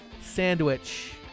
Sandwich